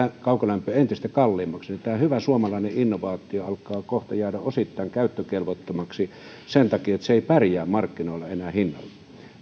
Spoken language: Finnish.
kaukolämpö menee entistä kalliimmaksi eli tämä hyvä suomalainen innovaatio alkaa kohta jäädä osittain käyttökelvottomaksi sen takia että se ei pärjää markkinoilla enää hinnalla